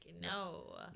no